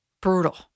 brutal